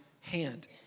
hand